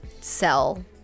sell